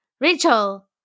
rachel